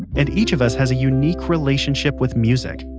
and each of us has a unique relationship with music.